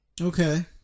Okay